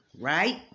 right